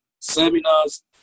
seminars